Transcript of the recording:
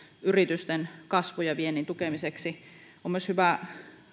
yritysten kasvun ja viennin tukemiseksi on myös hyvä